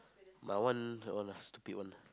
my one that one ah stupid one lah